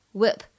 whip